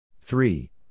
three